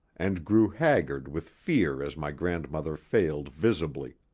and grew haggard with fear as my grandmother failed visibly.